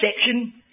section